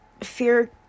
fear